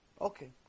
Okay